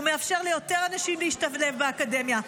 הוא מאפשר ליותר אנשים להשתלב באקדמיה,